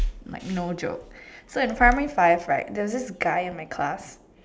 like no joke so in primary five right there is this guy in my class